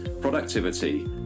productivity